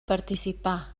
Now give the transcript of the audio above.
participà